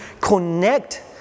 connect